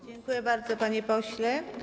Dziękuję bardzo, panie pośle.